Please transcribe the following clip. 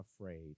afraid